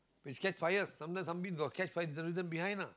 but it catch fire sometimes something catch fire there's a reason behind lah